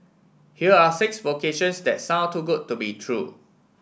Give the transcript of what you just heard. here are six vocations that sound too good to be true